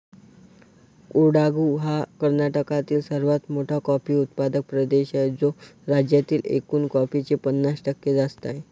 कोडागु हा कर्नाटकातील सर्वात मोठा कॉफी उत्पादक प्रदेश आहे, जो राज्यातील एकूण कॉफीचे पन्नास टक्के जास्त आहे